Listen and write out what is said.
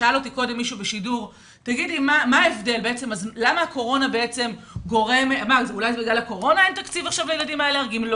נשאלתי קודם בשידור: האם בגלל הקורונה אין תקציב עכשיו לילדים האלרגיים?